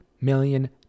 million